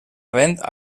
vent